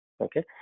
Okay